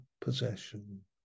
possession